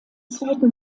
zweiten